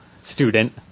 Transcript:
student